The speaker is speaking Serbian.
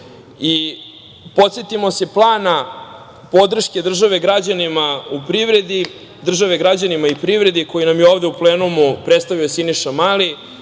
KiM.Podsetimo se plana podrške države građanima i privredi, koji nam je ovde u plenumu predstavio Siniša Mali. Zbog